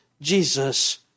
Jesus